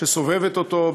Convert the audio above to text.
שסובבת אותו,